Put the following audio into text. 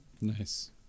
nice